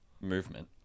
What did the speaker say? movement